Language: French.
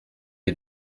est